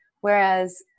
whereas